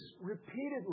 repeatedly